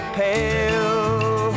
pale